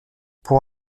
pour